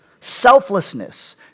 selflessness